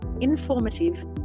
informative